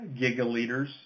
gigaliters